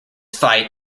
fight